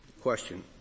question